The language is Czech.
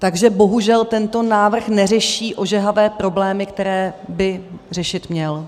Takže bohužel tento návrh neřeší ožehavé problémy, které by řešit měl.